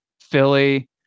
Philly